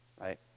Right